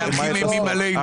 אתם מהלכים אימים עלינו.